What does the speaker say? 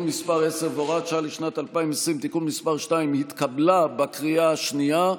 מס' 10 והוראת שעה לשנת 2020) (תיקון מס' 2) התקבלה בקריאה השנייה.